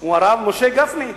הוא הרב משה גפני,